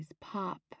Pop